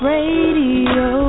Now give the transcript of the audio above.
Radio